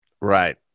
right